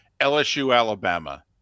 LSU-Alabama